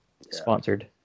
sponsored